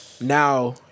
now